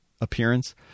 appearance